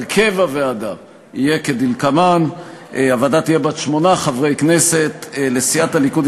הרכב הוועדה יהיה כדלקמן: הוועדה תהיה בת שמונה חברי כנסת: סיעת הליכוד,